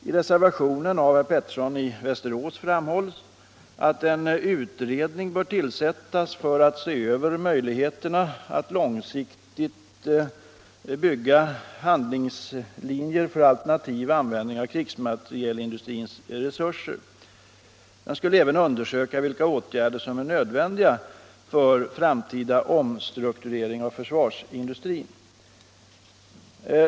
I reservationen av herr Pettersson i Västerås framhålls att en utredning bör tillsättas för att se över möjligheterna till en långsiktig handlingslinje som bygger på alternativa användningar av krigsmaterielindustrins resurser. Den skulle även undersöka vilka åtgärder som är nödvändiga för en framtida omstrukturering av försvarsindustrin.